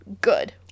good